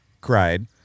cried